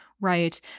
right